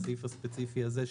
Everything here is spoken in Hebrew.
הסעיף הספציפי הזה,